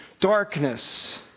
darkness